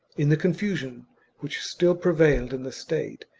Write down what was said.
in the confu sion which still prevailed in the state,